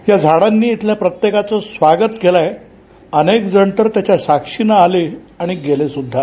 या झाडांनी इथल्या प्रत्येकाचं स्वागत केलं आहे अनेक जण तर त्यांच्या साक्षीनं आले आणि गेले सुद्धा